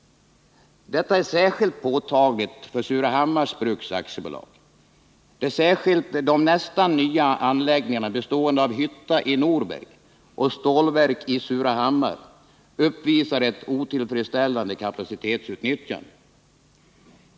Detta är särskilt påtagligt för Surahammars Bruks AB, där särskilt de nästan nya anläggningarna bestående av hytta i Norberg och stålverk i Surahammar uppvisar ett otillfredsställande kapacitetsutnyttjande.